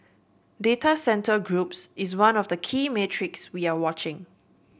data centre groups is one of the key metrics we are watching